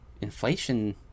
inflation